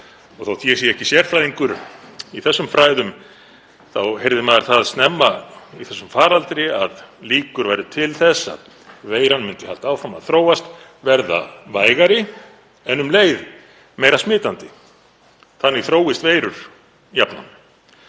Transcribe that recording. Og þótt ég sé ekki sérfræðingur í þessum fræðum þá heyrði maður það snemma í þessum faraldri að líkur væru til þess að veiran myndi halda áfram að þróast og verða vægari en um leið meira smitandi. Þannig þróist veirur jafnan.